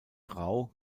rau